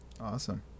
Awesome